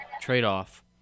trade-off